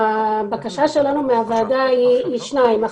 הבקשה שלנו מהוועדה היא: (א)